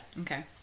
Okay